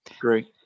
Great